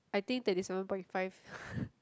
I think thirty seven point five